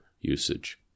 usage